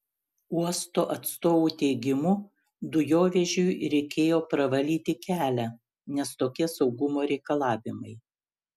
uosto atstovų teigimu dujovežiui reikėjo pravalyti kelią nes tokie saugumo reikalavimai